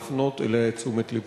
ולהפנות אליה את תשומת לבך.